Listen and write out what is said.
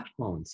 smartphones